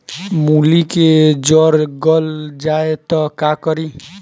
मूली के जर गल जाए त का करी?